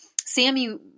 Sammy